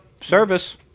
Service